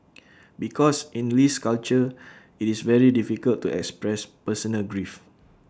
because in Lee's culture IT is very difficult to express personal grief